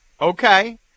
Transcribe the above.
Okay